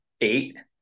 eight